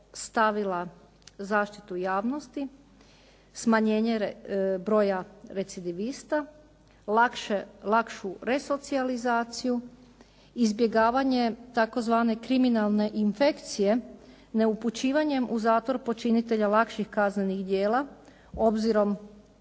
stavila zaštitu javnosti, smanjenje broja recidivista, lakšu resocijalizaciju, izbjegavanje tzv. kriminalne infekcije neupućivanjem u zatvor počinitelja lakših kaznenih djela obzirom